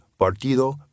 Partido